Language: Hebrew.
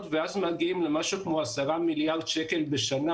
ואז מגיעים למשהו כמו 10 מיליארד שקלים בשנה,